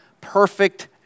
perfect